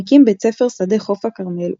מקים בית ספר שדה חוף הכרמל,